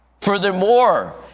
Furthermore